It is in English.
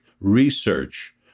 research